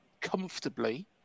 comfortably